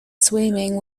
swimming